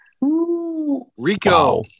Rico